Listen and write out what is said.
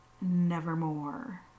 nevermore